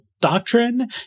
doctrine